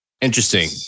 interesting